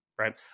Right